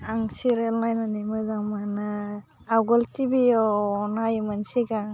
आं सिरियाल नायनानै मोजां मोनो आगोल टिभिआव नायोमोन सिगां